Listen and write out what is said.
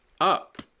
up